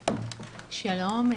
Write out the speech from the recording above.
שלום.